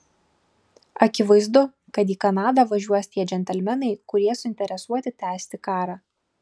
akivaizdu kad į kanadą važiuos tie džentelmenai kurie suinteresuoti tęsti karą